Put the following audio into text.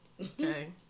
Okay